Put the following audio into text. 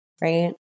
right